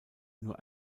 nur